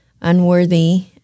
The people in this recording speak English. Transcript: unworthy